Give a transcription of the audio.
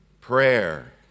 prayer